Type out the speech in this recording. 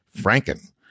franken